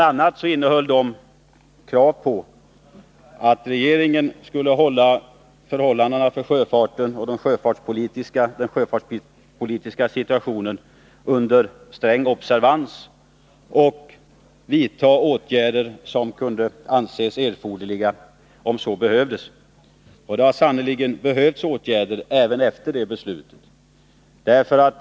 a. krävde vi att regeringen skulle ha förhållandena när det gäller sjöfarten och den sjöfartspolitiska situationen under sträng observans samt vidta åtgärder när så blev erforderligt. Och åtgärder har sannerligen varit erforderliga även efter det beslutet.